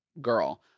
girl